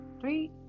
Three